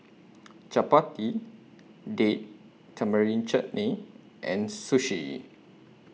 Chapati Date Tamarind Chutney and Sushi